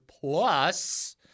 plus